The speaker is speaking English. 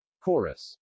Chorus